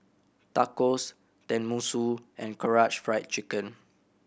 Tacos Tenmusu and Karaage Fried Chicken